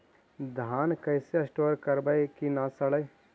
धान कैसे स्टोर करवई कि न सड़ै?